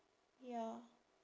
ya